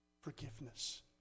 forgiveness